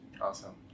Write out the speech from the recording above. awesome